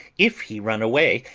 if he run away,